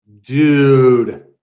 Dude